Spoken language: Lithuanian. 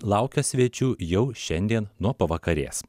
laukia svečių jau šiandien nuo pavakarės